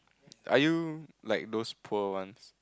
are you like those poor ones